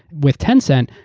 with tencent,